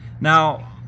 Now